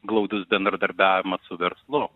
glaudus bendradarbiavimas su verslu